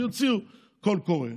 שיוציאו קול קורא,